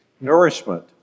nourishment